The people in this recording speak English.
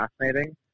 fascinating